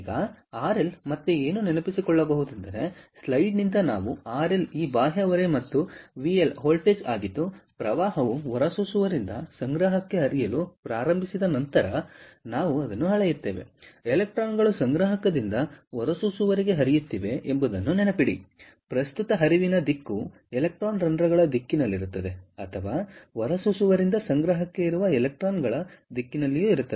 ಈಗ R L ಮತ್ತೆ ಏನು ನೆನಪಿಸಿಕೊಳ್ಳಬಹುದು ಸ್ಲೈಡ್ನಿಂದಲೇ ನಾವು ಆರ್ ಲ್ ಈ ಬಾಹ್ಯ ಹೊರೆ ಮತ್ತು ವಿಎಲ್ ವೋಲ್ಟೇಜ್ ಆಗಿದ್ದು ಪ್ರವಾಹವು ಹೊರಸೂಸುವವರಿಂದ ಸಂಗ್ರಾಹಕಕ್ಕೆ ಹರಿಯಲು ಪ್ರಾರಂಭಿಸಿದ ನಂತರ ನಾವು ಅಳೆಯುತ್ತೇವೆ ಎಲೆಕ್ಟ್ರಾನ್ಗಳು ಸಂಗ್ರಾಹಕದಿಂದ ಹೊರಸೂಸುವವರಿಗೆ ಹರಿಯುತ್ತಿವೆ ಎಂಬುದನ್ನು ನೆನಪಿಡಿ ಪ್ರಸ್ತುತ ಹರಿವಿನ ದಿಕ್ಕು ಎಲೆಕ್ಟ್ರಾನ್ ರಂಧ್ರಗಳ ದಿಕ್ಕಿನಲ್ಲಿರುತ್ತದೆ ಅಥವಾ ಹೊರಸೂಸುವವರಿಂದ ಸಂಗ್ರಾಹಕಕ್ಕೆ ಇರುವ ಎಲೆಕ್ಟ್ರಾನ್ಗಳ ದಿಕ್ಕಿನಲ್ಲಿರುತ್ತದೆ